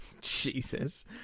Jesus